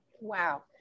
Wow